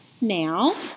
now